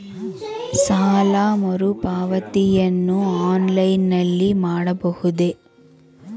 ಸಾಲ ಮರುಪಾವತಿಯನ್ನು ಆನ್ಲೈನ್ ನಲ್ಲಿ ಮಾಡಬಹುದೇ?